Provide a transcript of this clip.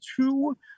two